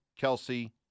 Kelsey